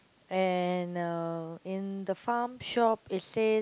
and uh in the farm shop it says